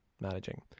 managing